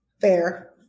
fair